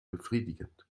befriedigend